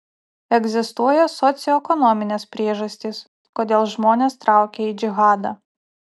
egzistuoja socioekonominės priežastys kodėl žmonės traukia į džihadą